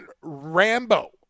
Rambo